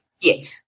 Yes